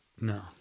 No